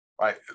right